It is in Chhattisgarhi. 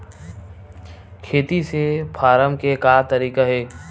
खेती से फारम के का तरीका हे?